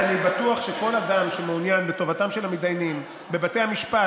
אני בטוח שכל אדם שמעוניין בטובתם של המתדיינים ובהורדת